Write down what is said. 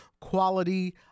quality